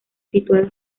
situada